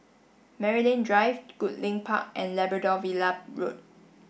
Maryland Drive Goodlink Park and Labrador Villa Road